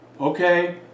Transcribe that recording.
okay